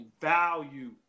value